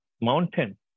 mountain